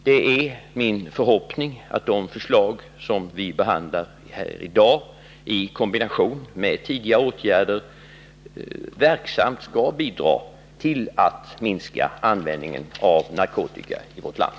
Det är min förhoppning att de förslag som vi i dag behandlar, i kombination med tidigare åtgärder, verksamt skall bidra till att minska användningen av narkotika i vårt land.